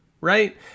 right